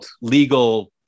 legal